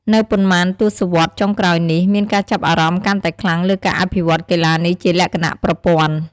នៅប៉ុន្មានទសវត្សរ៍ចុងក្រោយនេះ មានការចាប់អារម្មណ៍កាន់តែខ្លាំងលើការអភិវឌ្ឍកីឡានេះជាលក្ខណៈប្រព័ន្ធ។